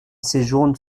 séjourne